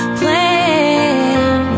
plan